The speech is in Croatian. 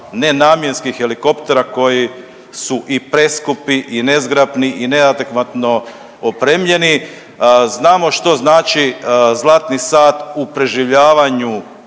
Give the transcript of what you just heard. nenamjenskih helikoptere koji su i preskupi i nezgrapni i neadekvatno opremljeni znamo što znači zlatni sat u preživljavanju